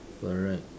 correct